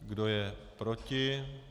Kdo je proti?